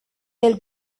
del